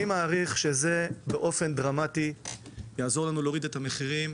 אני מעריך שזה באופן דרמטי יעזור לנו להוריד את המחירים.